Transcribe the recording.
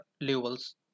levels